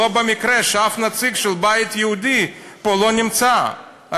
לא במקרה אף נציג של הבית היהודי לא נמצא פה,